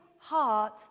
heart